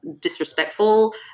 disrespectful